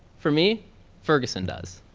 for me ferguson does,